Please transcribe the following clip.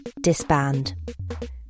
disband